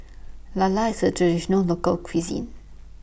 Lala IS A Traditional Local Cuisine